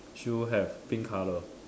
she will have pink colour